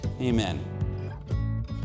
Amen